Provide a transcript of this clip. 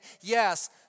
yes